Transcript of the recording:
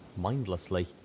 mindlessly